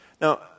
Now